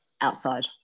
outside